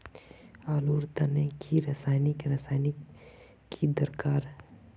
आलूर तने की रासायनिक रासायनिक की दरकार?